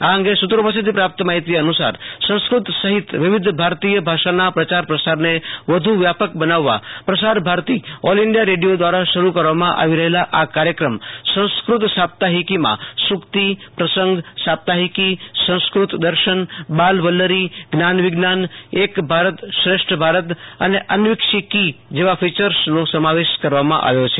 આ અંગે સૂત્રો પાસેથી પ્રાપ્ત માહિતી અનુસાર સંસ્કૃત સહિત વિવિધ ભારતિય ભાષાના પ્રયાર પ્રસારને વધુ વ્યાપક બનાવવા Prasar Bharati all India radio દ્વારા શરૂ કરવામાં આવી રહેલા આ કાર્યક્રમ સંસ્કૃત સાપ્તાહિકીમાં સુક્તિપ્રસંગ સાપ્તાહિકીસંસ્કૃત દર્શનબાલ વલ્લરીજ્ઞાન વિજ્ઞાનએક ભારતશ્રેષ્ઠ ભારત અને અન્વિક્ષિકી જેવાં ફિચર્સનો સમાવેશ કરવામાં આવ્યો છે